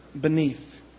beneath